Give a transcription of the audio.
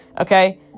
Okay